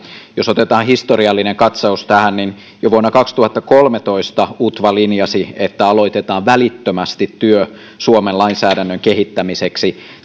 jos otetaan historiallinen katsaus tähän niin jo vuonna kaksituhattakolmetoista utva linjasi että aloitetaan välittömästi työ suomen lainsäädännön kehittämiseksi